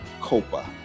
copa